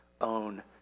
own